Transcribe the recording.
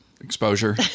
Exposure